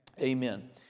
Amen